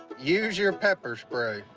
use your pepper spray.